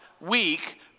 week